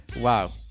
wow